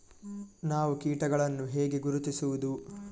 ನಾವು ಕೀಟಗಳನ್ನು ಹೇಗೆ ಗುರುತಿಸುವುದು?